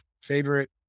favorite